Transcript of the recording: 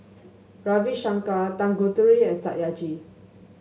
Ravi Shankar Tanguturi and Satyajit